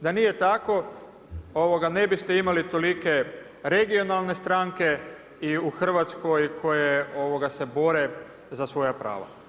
Da nije tako, ne biste imali tolike regionalne stranke i u Hrvatskoj koje se bore za svoja prava.